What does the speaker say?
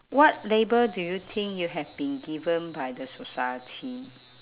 what label do you think you have been given by the society